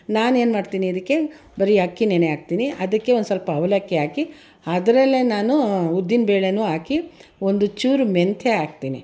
ನಾನೇನು ಮಾಡ್ತೀನಿ ಇದಕ್ಕೆ ಬರೀ ಅಕ್ಕಿ ನೆನೆ ಹಾಕ್ತೀನಿ ಅದಕ್ಕೆ ಒಂದು ಸ್ವಲ್ಪ ಅವಲಕ್ಕಿ ಹಾಕಿ ಅದರಲ್ಲೇ ನಾನು ಉದ್ದಿನ ಬೇಳೆಯೂ ಹಾಕಿ ಒಂದು ಚೂರು ಮೆಂತ್ಯ ಹಾಕ್ತೀನಿ